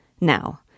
Now